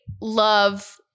love